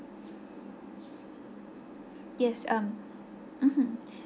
yes um mmhmm